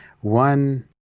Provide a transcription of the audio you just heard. one